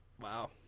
Wow